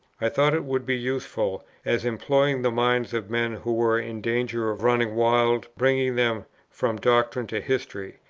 i thought it would be useful, as employing the minds of men who were in danger of running wild, bringing them from doctrine to history,